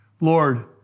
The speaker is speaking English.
Lord